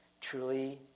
truly